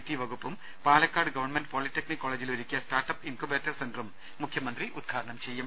T വകുപ്പും പാലക്കാട് ഗവ polytechnic കോളെജിൽ ഒരുക്കിയ സ്റ്റാർട്ടപ്പ് ഇൻകുബേറ്റർ സെന്ററും മുഖ്യമന്ത്രി ഉദ്ഘാടനം ചെയ്യും